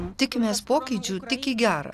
tikimės pokyčių tik į gera